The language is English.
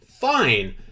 fine